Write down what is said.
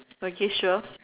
okay sure